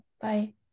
Bye